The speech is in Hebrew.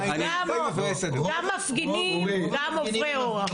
גם מפגינים, גם עוברי אורח.